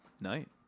night